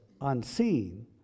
unseen